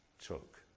took